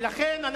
ולכן,